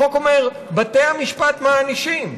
החוק אומר: בתי המשפט מענישים,